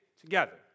together